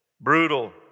brutal